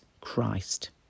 Christ